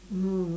mm